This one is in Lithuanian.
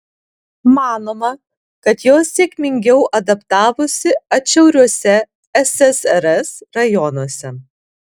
manoma kad jos sėkmingiau adaptavosi atšiauriuose ssrs rajonuose